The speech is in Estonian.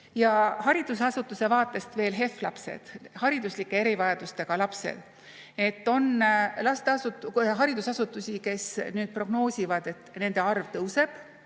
Ja haridusasutuse vaatest veel HEV-lapsed, hariduslike erivajadustega lapsed. On haridusasutusi, kes prognoosivad, et nende arv tõuseb,